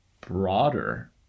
broader